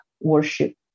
worship